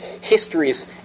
histories